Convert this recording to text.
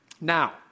Now